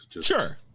Sure